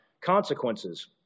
consequences